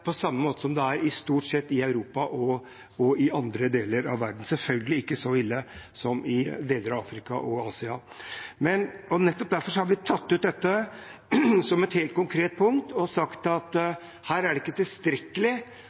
på samme måte som det stort sett er det i Europa og i andre deler av verden – selvfølgelig ikke så ille som i deler av Afrika og Asia. Nettopp derfor har vi tatt ut dette som et helt konkret område og sagt at her er det ikke tilstrekkelig